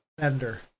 vendor